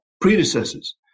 predecessors